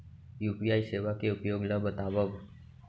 UPI सेवा के उपयोग ल बतावव?